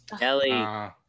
Ellie